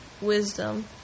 wisdom